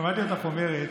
שמעתי אותך אומרת,